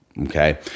Okay